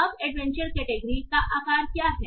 अब adventure category का आकार क्या है